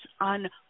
on